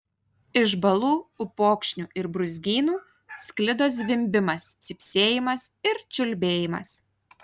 iš balų upokšnių ir brūzgynų sklido zvimbimas cypsėjimas ir čiulbėjimas